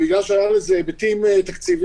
בגלל שהיו לזה היבטים תקציביים,